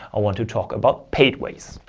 i want to talk about paid ways.